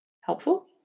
helpful